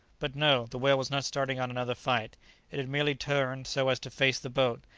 but no the whale was not starting on another flight it had merely turned so as to face the boat,